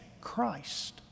Christ